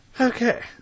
Okay